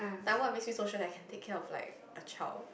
like what makes me so sure that I can take care of like a child